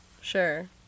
sure